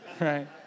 right